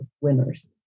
winners